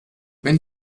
wenn